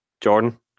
Jordan